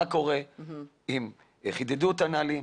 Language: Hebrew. אם חידדו את הנהלים.